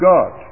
God